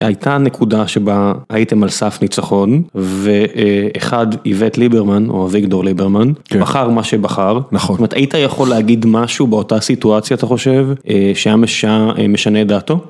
הייתה נקודה שבה הייתם על סף ניצחון ואחד איווט ליברמן או אביגדור ליברמן בחר מה שבחר, נכון, היית יכול להגיד משהו באותה סיטואציה אתה חושב שהיה משנה דעתו.